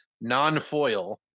non-foil